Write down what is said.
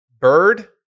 bird